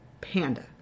Panda